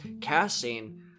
casting